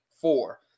four